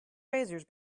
razors